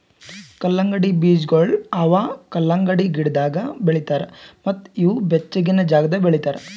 ಕಲ್ಲಂಗಡಿ ಬೀಜಗೊಳ್ ಅವಾ ಕಲಂಗಡಿ ಗಿಡದಾಗ್ ಬೆಳಿತಾರ್ ಮತ್ತ ಇವು ಬೆಚ್ಚಗಿನ ಜಾಗದಾಗ್ ಬೆಳಿತಾರ್